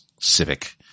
Civic